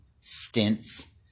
stints